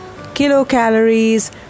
kilocalories